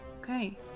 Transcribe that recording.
Okay